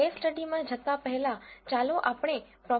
case સ્ટડીમાં જતાં પહેલાં ચાલો આપણે પ્રો